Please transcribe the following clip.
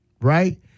right